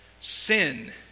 Sin